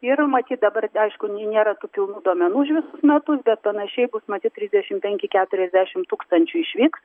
ir matyt dabar aišku nėra tokių duomenų už visus metus bet panašiai bus matyt trisdešim penki keturiasdešim tūkstančių išvyks